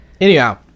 anyhow